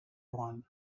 one